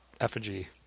Effigy